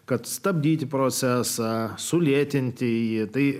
kad stabdyti procesą sulėtinti jį tai